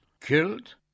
Killed